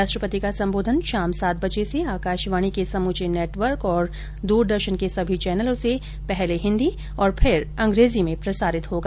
राष्ट्रपति का संबोधन शाम सात बजे से आकाशवाणी के समूचे नेटवर्क और दूरदर्शन के सभी चैनलों से पहले हिन्दी और फिर अंग्रेजी में प्रसारित होगा